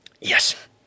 Yes